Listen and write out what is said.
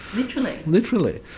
literally? literally.